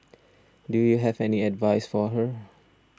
do you have any advice for her